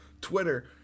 Twitter